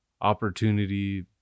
opportunity